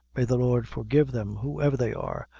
may the lord forgive them, whoever they are,